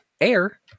air